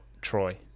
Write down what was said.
Troy